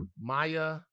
Maya